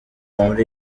muri